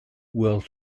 will